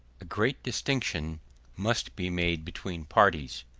a great distinction must be made between parties.